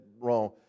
wrong